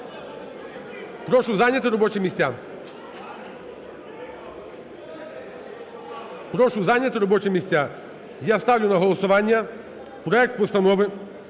Прошу зайняти робочі місця. Я ставлю на голосування проект Постанови